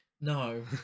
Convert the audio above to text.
No